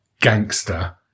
gangster